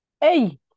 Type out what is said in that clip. Hey